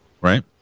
right